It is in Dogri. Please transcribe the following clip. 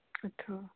अच्छा